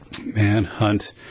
manhunt